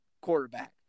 quarterback